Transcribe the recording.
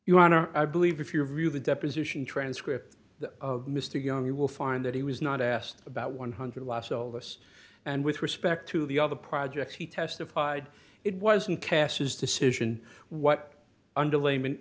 honor i believe if you're really the deposition transcript that of mr young you will find that he was not asked about one hundred last all of us and with respect to the other projects he testified it wasn't cass's decision what underlaym